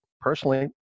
Personally